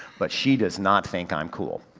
but she does not think i'm cool.